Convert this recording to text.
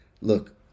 look